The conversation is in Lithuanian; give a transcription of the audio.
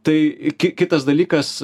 tai ki kitas dalykas